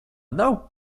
nav